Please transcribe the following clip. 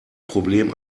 problem